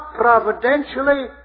providentially